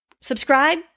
subscribe